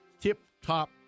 tip-top